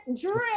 Drink